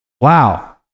Wow